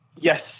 Yes